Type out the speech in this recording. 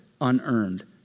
unearned